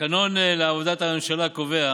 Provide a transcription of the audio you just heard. התקנון לעבודת הממשלה קובע